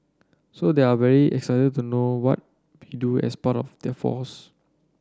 so they're very excited to know what we do as part of the force